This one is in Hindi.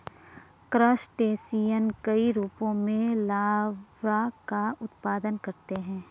क्रस्टेशियन कई रूपों में लार्वा का उत्पादन करते हैं